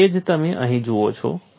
તો તે જ તમે અહીં જુઓ છો